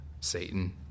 Satan